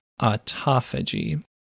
autophagy